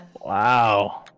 Wow